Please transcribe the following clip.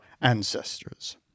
ancestors